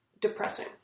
depressing